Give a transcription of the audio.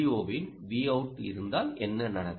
ஓவின் Vout இருந்தால் என்ன நடக்கும்